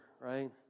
right